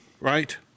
right